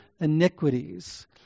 iniquities